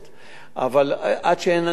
אבל עד שאין ההנצחה,